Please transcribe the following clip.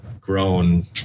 grown